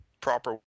proper